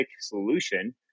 solution